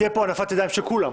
תהיה פה הנפת ידיים של כולם.